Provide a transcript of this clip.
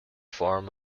form